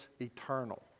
eternal